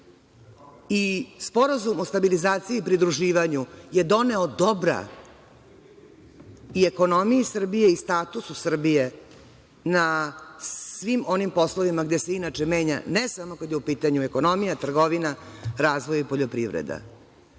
Sporazum o stabilizaciji i pridruživanju je doneo dobra i ekonomiji Srbije i statusu Srbije, na svim onim poslovima gde se inače menja, ne samo kada je u pitanju ekonomija, trgovina, razvoj i poljoprivreda.